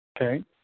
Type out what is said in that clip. Okay